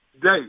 day